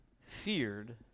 feared